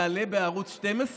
אתם חושבים שזה יעלה בערוץ 12?